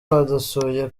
badusuye